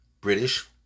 British